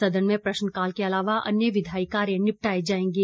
सदन में प्रश्नकाल के अलावा अन्य विधायी कार्य निपटाए जाएंगे